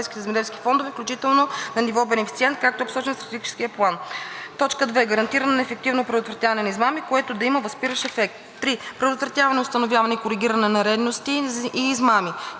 план; 2. гарантиране на ефективното предотвратяване на измами, което да има възпиращ ефект; 3. предотвратяване, установяване и коригиране на нередности и измами;